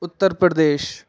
Uttar Pradesh